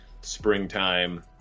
springtime